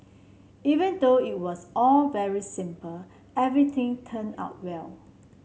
even though it was all very simple everything turned out well